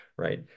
Right